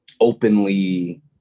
openly